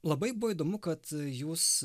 labai buvo įdomu kad jūs